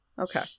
Okay